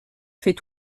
fait